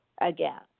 again